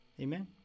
Amen